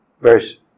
verse